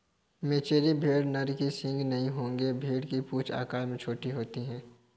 मेचेरी भेड़ नर के सींग नहीं होंगे भेड़ की पूंछ आकार में छोटी होती है